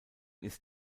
ist